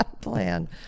Plan